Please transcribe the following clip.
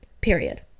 Period